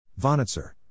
Vonitzer